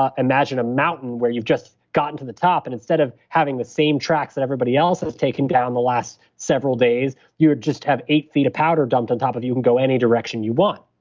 ah imagine a mountain where you've just gotten to the top. and instead of having the same tracks that everybody else has taken down the last several days, you would just have eight feet of powder dumped on top of you and can go any direction you want.